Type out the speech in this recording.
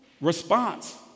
response